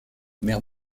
maire